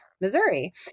Missouri